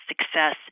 success